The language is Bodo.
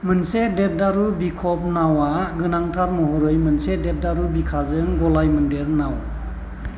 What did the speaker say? मोनसे देबदारु बिखब नावा गोनांथार महरै मोनसे देबदारु बिखाजों गलाय मोनदेर नाव